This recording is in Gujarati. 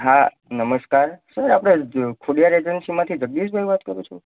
હા નમસ્કાર સર આપણે જ ખોડિયાર અજેન્સીમાંથી જગદીશભાઈ વાત કરો છો